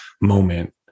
moment